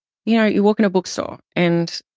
you know, you walk in a bookstore, and